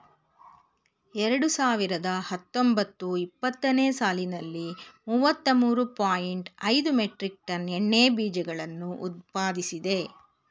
ಎರಡು ಸಾವಿರದ ಹತ್ತೊಂಬತ್ತು ಇಪ್ಪತ್ತನೇ ಸಾಲಿನಲ್ಲಿ ಮೂವತ್ತ ಮೂರು ಪಾಯಿಂಟ್ ಐದು ಮೆಟ್ರಿಕ್ ಟನ್ ಎಣ್ಣೆ ಬೀಜಗಳನ್ನು ಉತ್ಪಾದಿಸಿದೆ